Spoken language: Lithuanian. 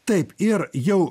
taip ir jau